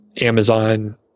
Amazon